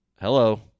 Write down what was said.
hello